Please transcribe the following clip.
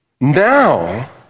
Now